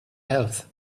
health